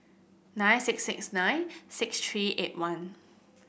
nine six six nine six three eight one